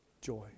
joy